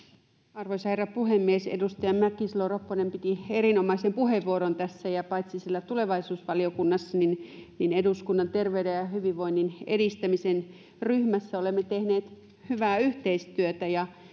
arvoisa herra puhemies edustaja mäkisalo ropponen piti erinomaisen puheenvuoron tässä ja paitsi tulevaisuusvaliokunnassa myös eduskunnan terveyden ja ja hyvinvoinnin edistämisen ryhmässä olemme tehneet hyvää yhteistyötä